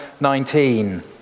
19